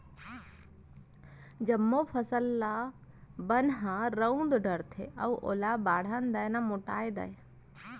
जमो फसल ल बन ह रउंद डारथे, न ओला बाढ़न दय न मोटावन दय